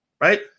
right